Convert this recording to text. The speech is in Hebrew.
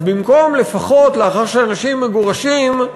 אז במקום, לפחות, לאחר שאנשים מגורשים,